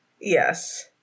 yes